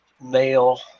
male